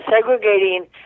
segregating